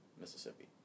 Mississippi